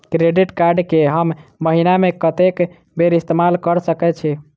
Credit card कऽ हम महीना मे कत्तेक बेर इस्तेमाल कऽ सकय छी?